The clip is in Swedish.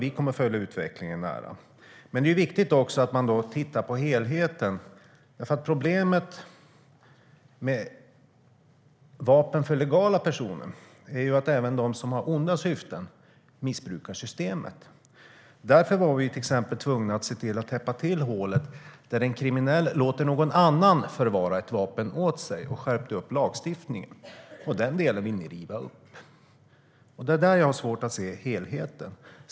Vi kommer att följa utvecklingen nära. Det är där jag har svårt att se helheten.